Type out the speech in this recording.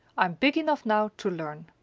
i'm big enough now to learn.